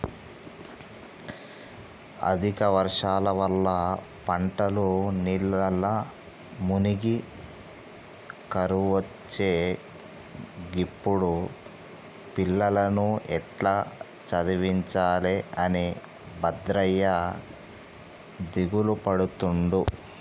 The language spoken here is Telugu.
అధిక వర్షాల వల్ల పంటలు నీళ్లల్ల మునిగి కరువొచ్చే గిప్పుడు పిల్లలను ఎట్టా చదివించాలె అని భద్రయ్య దిగులుపడుతుండు